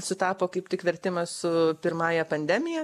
sutapo kaip tik vertimas su pirmąja pandemija